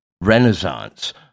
renaissance